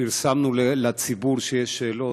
פרסמנו לציבור שיש שאלות,